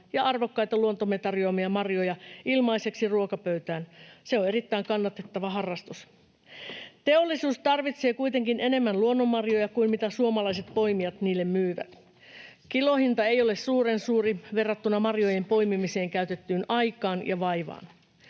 ja arvokkaita luontomme tarjoamia marjoja ilmaiseksi ruokapöytään. Se on erittäin kannatettava harrastus. Teollisuus tarvitsee kuitenkin enemmän luonnonmarjoja kuin mitä suomalaiset poimijat niille myyvät. Kilohinta ei ole suuren suuri verrattuna marjojen poimimiseen käytettyyn aikaan ja vaivaan.